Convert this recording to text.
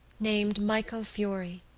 named michael furey.